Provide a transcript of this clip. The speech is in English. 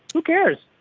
who cares?